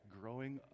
growing